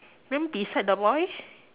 then beside the boy